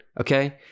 Okay